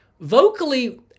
Vocally